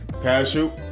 Parachute